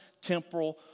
temporal